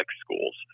schools